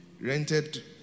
Rented